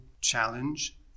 challenge